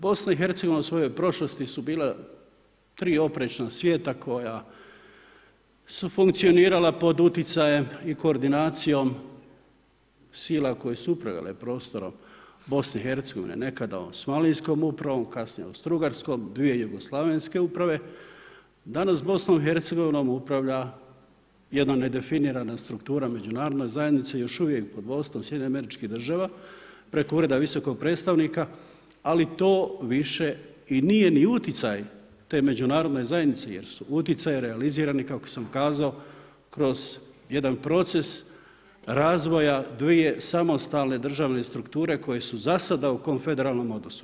BiH su bila tri oprečna svijeta koja su funkcionirala pod uticajem i koordinacijom sila koje su upravljale prostorom BiH nekada Osmanlijskom upravom, kasnije Austrougarskom, dvije Jugoslavenske uprave, danas BiH upravlja jedna nedefinirana struktura međunarodne zajednice još uvijek pod vodstvom SAD-a, preko ureda Visokog predstavnika, ali to više i nije ni uticaj te međunarodne zajednice jer su uticaji realizirani kako sam kazao kroz jedan proces razvoja dvije samostalne državne strukture koje su zasada u konfederalnom odnosu.